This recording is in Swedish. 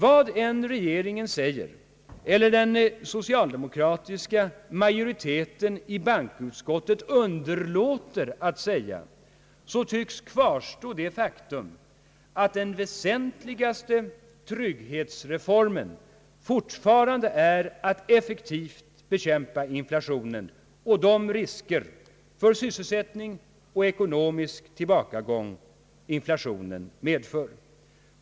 Vad än regeringen säger, eller den socialdemokratiska majoriteten i bankoutskottet underlåter att säga, kvarstår det faktum att den väsentligaste trygghetsreformen fortfarande är att effektivt bekämpa inflationen och de risker för minskad sysselsättning och ekonomisk tillbakagång som inflationen medför.